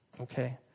Okay